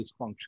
dysfunction